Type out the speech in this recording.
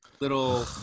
little